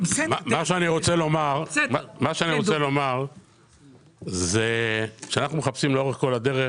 אני רוצה לומר שאנחנו מחפשים לאורך כל הדרך